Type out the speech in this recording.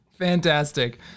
Fantastic